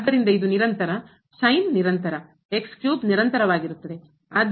ಆದ್ದರಿಂದ ಇದು ನಿರಂತರ sin ನಿರಂತರ ನಿರಂತರವಾಗಿರುತ್ತದೆ